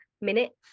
minutes